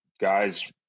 guys